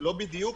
לא בדיוק,